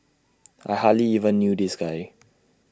I hardly even knew this guy